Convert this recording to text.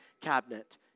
cabinet